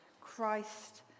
Christ